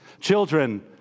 Children